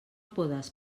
podes